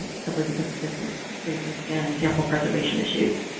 simply because of distance reasons, again, and sample preservation issues.